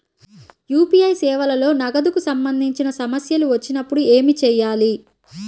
UPI సేవలలో నగదుకు సంబంధించిన సమస్యలు వచ్చినప్పుడు ఏమి చేయాలి?